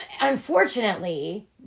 unfortunately